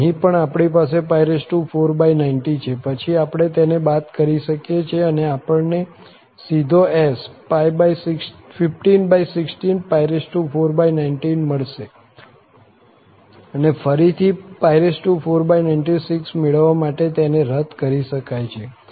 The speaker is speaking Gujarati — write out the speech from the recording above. તો અહીં પણ આપણી પાસે 490 છે પછી આપણે તેને બાદ કરી શકીએ છીએ અને આપણને સીધો S 1516490 મળશે અને ફરીથી 496 મેળવવા માટે તેને રદ કરી શકાય છે